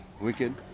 Wicked